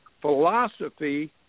philosophy